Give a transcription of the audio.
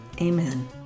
Amen